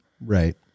Right